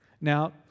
Now